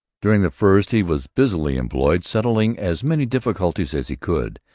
during the first he was busily employed settling as many difficulties as he could,